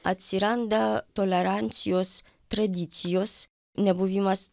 atsiranda tolerancijos tradicijos nebuvimas